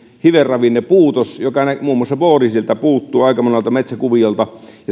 hivenravinnepuutos muun muassa boori sieltä puuttuu aika monelta metsäkuviolta